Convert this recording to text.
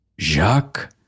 Jacques